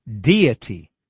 deity